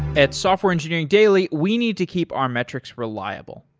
at software engineering daily, we need to keep our metrics reliable.